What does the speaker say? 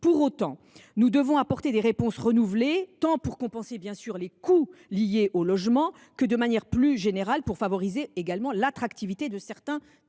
Pour autant, nous devons apporter des réponses, tant pour compenser les coûts liés au logement que, de manière plus générale, pour favoriser l’attractivité de certains territoires.